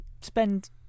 spend